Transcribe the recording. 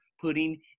putting